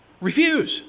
Refuse